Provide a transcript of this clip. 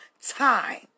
time